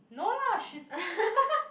no lah she's